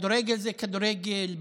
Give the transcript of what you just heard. כדורגל זה כדורגל במגרש.